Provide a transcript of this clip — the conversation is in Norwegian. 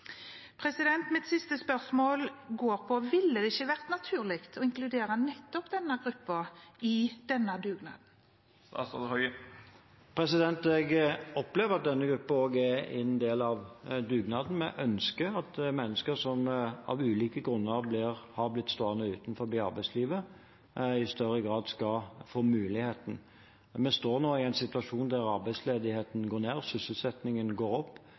Mitt siste spørsmål er: Ville det ikke vært naturlig å inkludere nettopp denne gruppen i denne dugnaden? Jeg opplever at denne gruppen også er en del av dugnaden. Vi ønsker at mennesker som av ulike grunner har blitt stående utenfor arbeidslivet, i større grad skal få muligheten. Vi står nå i en situasjon der arbeidsledigheten går ned og sysselsettingen går opp.